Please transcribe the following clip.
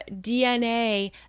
DNA